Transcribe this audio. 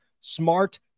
Smart